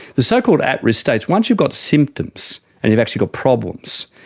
the so-called at-risk stage, once you've got symptoms and you've actually got problems,